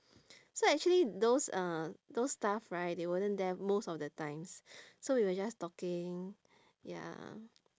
so actually those uh those staff right they wasn't there most of the times so we were just talking ya